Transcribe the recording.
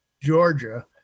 Georgia